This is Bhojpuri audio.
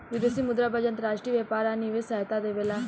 विदेशी मुद्रा बाजार अंतर्राष्ट्रीय व्यापार आ निवेश में सहायता देबेला